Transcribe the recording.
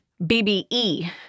BBE